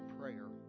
prayer